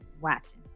Watching